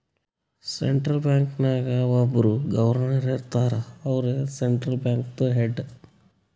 central bank ನಾಗ್ ಒಬ್ಬುರ್ governor ಇರ್ತಾರ ಅವ್ರೇ ಸೆಂಟ್ರಲ್ ಬ್ಯಾಂಕ್ದು ಹೆಡ್